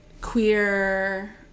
queer